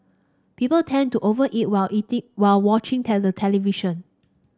people tend to over eat while eating while watching television